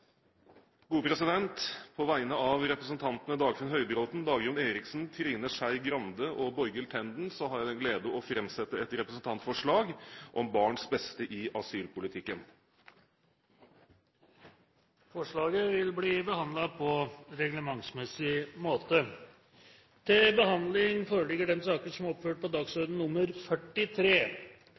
På vegne av representantene Dagfinn Høybråten, Dagrun Eriksen, Trine Skei Grande, Borghild Tenden og meg selv har jeg gleden av å framsette et representantforslag om barns beste i asylpolitikken. Forslaget vil bli behandlet på reglementsmessig måte.